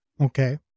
Okay